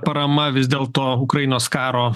parama vis dėlto ukrainos karo